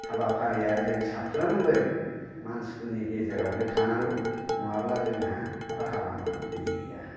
हाबाफारिया जों साफ्रोमबो मानसिफोरनि गेजेरावनो थानांगौ नङाब्ला जोंहा राहा लामा गैया